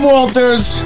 Walters